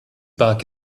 bark